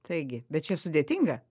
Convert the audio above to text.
taigi bet čia sudėtinga